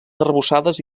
arrebossades